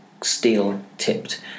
steel-tipped